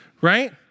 Right